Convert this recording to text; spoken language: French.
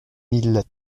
mille